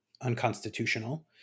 unconstitutional